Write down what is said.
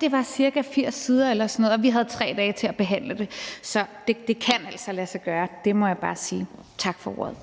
som var på ca. 80 sider eller sådan noget, og at vi havde 3 dage til at behandle det. Så det kan altså lade sig gøre. Det må jeg bare sige. Tak for ordet.